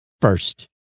first